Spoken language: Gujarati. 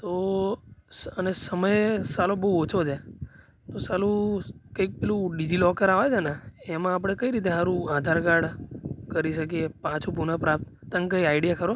તો અને સમય સાલો બહુ ઓછો છે તો સાલું કંઈક પેલું ડિજીલૉકર આવે છે ને એમાં આપણે કઈ રીતે હારું આધાર કાર્ડ કરી શકીએ પાછું પુનઃપ્રાપ્ત તને કંઈ આઇડિયા ખરો